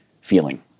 feeling